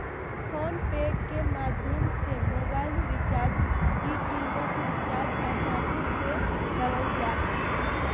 phone पे के माध्यम से मोबाइल रिचार्ज, डी.टी.एच रिचार्ज आसानी से करल जा हय